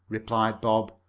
replied bob.